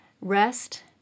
Rest